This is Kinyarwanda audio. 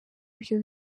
ibyo